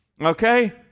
Okay